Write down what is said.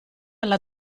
alla